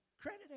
credit